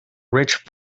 rich